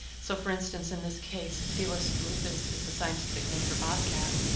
so for instance, in this case, felis rufus is the scientific name for bobcat,